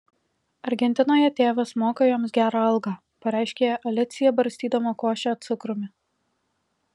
argentinoje tėvas moka joms gerą algą pareiškė alicija barstydama košę cukrumi